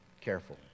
careful